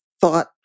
thought